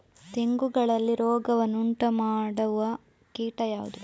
ತೆಂಗುಗಳಲ್ಲಿ ರೋಗವನ್ನು ಉಂಟುಮಾಡುವ ಕೀಟ ಯಾವುದು?